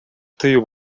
тыюу